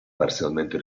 parzialmente